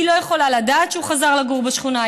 היא לא יכולה לדעת שהוא חזר לגור בשכונה,